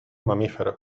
mamíferos